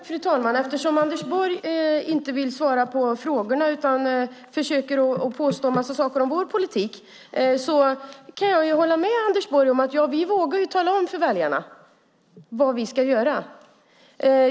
Fru talman! Anders Borg vill inte svara på frågorna utan påstår en massa saker om vår politik. Jag kan hålla med Anders Borg om att vi vågar tala om för väljarna vad vi ska göra.